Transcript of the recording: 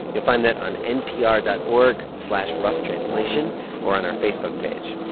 you'll find that on npr dot org slash roughtranslation or on our facebook page.